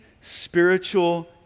spiritual